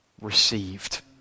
received